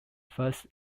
first